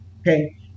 Okay